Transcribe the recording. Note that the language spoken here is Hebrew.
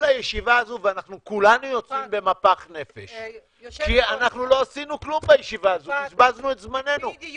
לישראלים לצאת לשם ולחזור ללא חובת בידוד,